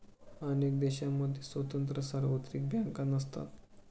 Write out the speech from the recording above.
अनेक देशांमध्ये स्वतंत्र सार्वत्रिक बँका नसतात